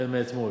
מאתמול,